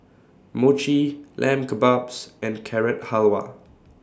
Mochi Lamb Kebabs and Carrot Halwa